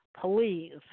please